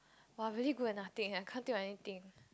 !wah! really good at nothing I can't do anything